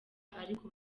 ariko